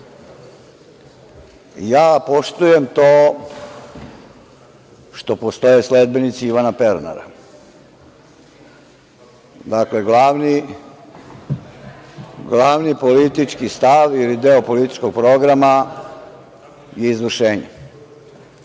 red. Poštujem to što postoje sledbenici Ivana Pernara. Dakle, glavni politički stav ili deo političkog programa je izvršenje.